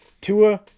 Tua